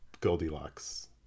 Goldilocks